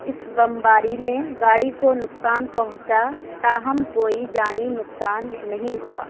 اس بمباری میں گاڑی کو نقصان پہنچا تاہم کوئی جانی نقصان نہیں ہوا